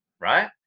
Right